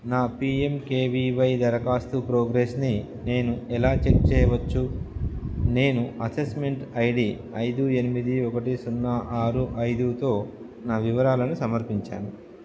నా పిఎంకేవీవై దరఖాస్తు ప్రోగ్రెస్ని నేను ఎలా చెక్ చేయవచ్చు నేను అసెస్మెంట్ ఐడి ఐదు ఎనిమిది ఒకటి సున్నా ఆరు ఐదుతో నా వివరాలను సమర్పించాను